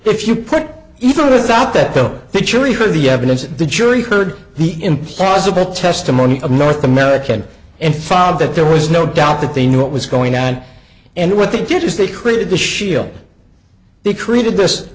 if you put even without that bill that you're you could be evidence that the jury heard the implausible testimony of north american and found that there was no doubt that they knew what was going on and what they did is they created the shield they created this